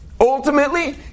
ultimately